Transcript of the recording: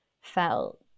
felt